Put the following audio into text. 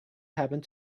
happened